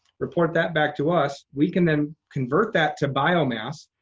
report that back to us. we can then convert that to biomass,